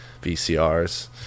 VCRs